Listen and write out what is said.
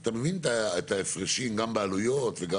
אתה מבין את ההפרשים גם בעלויות וגם